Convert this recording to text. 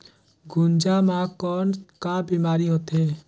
गुनजा मा कौन का बीमारी होथे?